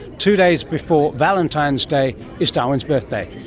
two days before valentine's day is darwin's birthday.